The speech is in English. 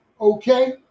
okay